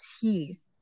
teeth